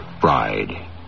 bride